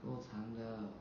够长的